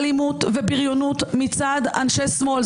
אלימות ובריונות מצד אנשי שמאל.